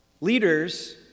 Leaders